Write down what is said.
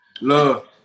love